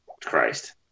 Christ